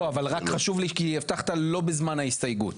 לא, אבל רק חשוב לי, כי הבטחת לא בזמן ההסתייגות.